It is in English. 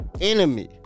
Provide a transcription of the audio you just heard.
enemy